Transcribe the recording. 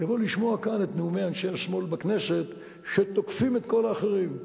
יבוא לשמוע כאן את נאומי אנשי השמאל בכנסת שתוקפים את כל האחרים,